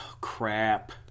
crap